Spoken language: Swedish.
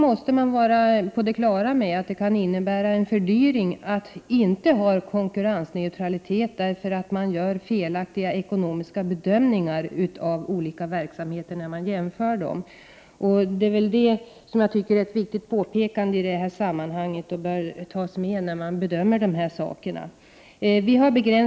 Men man måste vara på det klara med att det kan innebära en fördyring att inte ha konkurrensneutralitet, eftersom man gör felaktiga ekonomiska bedömningar av olika verksamheter när man jämför dem. Jag tycker att det är ett viktigt påpekande i detta sammanhang och bör tas med i bedömningen av dessa saker.